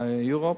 מהאיחוד האירופי,